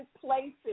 places